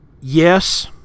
Yes